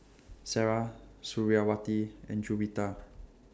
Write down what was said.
Sarah Suriawati and Juwita